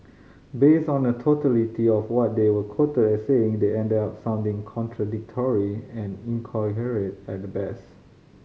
based on the totality of what they were quoted as saying they ended up sounding contradictory and incoherent at the best